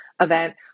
event